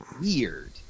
weird